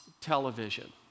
television